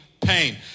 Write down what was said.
Pain